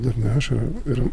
dar neša ir